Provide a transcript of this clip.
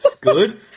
Good